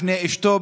לפני אשתו,